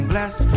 bless